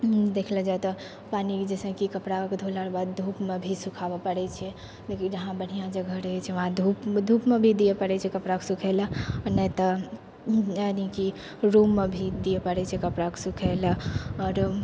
देखले जै तऽ पानी जैसेकि कपड़ाके धोलाके बाद धूपमे भी सुखाबै पड़ै छै जेकि जहाँ बढ़िआँ जगह रहै छै वहाँ धूप धूपमे भी दिअ पड़ै छै कपड़ाके सुखैलए नहि तऽ यानीकि रूममे भी दिअ पड़ै छै कपड़ाके सुखैलए आओर